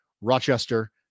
rochester